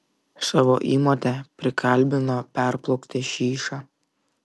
savo įmotę prikalbino perplaukti šyšą